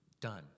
Done